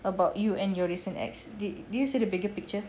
about you and your recent ex did you see the bigger picture